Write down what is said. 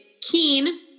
keen